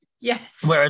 Yes